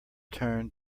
turn